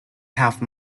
have